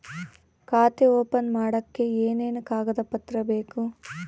ಖಾತೆ ಓಪನ್ ಮಾಡಕ್ಕೆ ಏನೇನು ಕಾಗದ ಪತ್ರ ಬೇಕು?